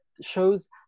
shows